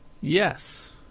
Yes